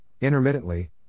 Intermittently